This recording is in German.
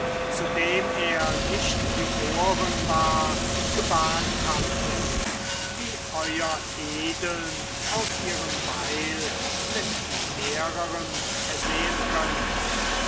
zu dem er nicht geboren war gebahnt hatte wie e e aus ihrem bayle mit mehrerm ersehen können